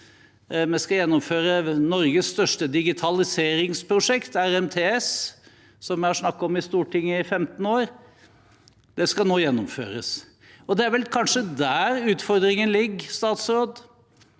Vi skal gjennomføre Norges største digitaliseringsprosjekt, ERTMS, noe vi har snakket om i Stortinget i 15 år. Det skal nå gjennomføres. Det er vel kanskje der utfordringen ligger, det